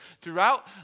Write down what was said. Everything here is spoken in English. throughout